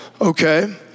okay